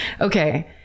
okay